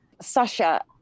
Sasha